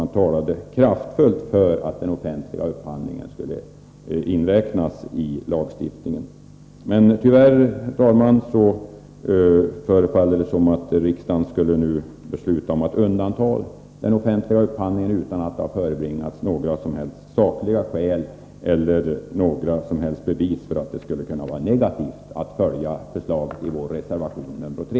Man talade kraftfullt för att den offentliga upphandlingen skulle inräknas i lagstiftningen. Tyvärr, herr talman, förefaller det som att riksdagen nu skulle besluta att undanta den offentliga upphandlingen utan att det förebringats några som helst sakliga skäl eller några som helst bevis för att det skulle vara negativt att följa förslaget i vår reservation 3.